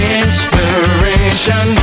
inspiration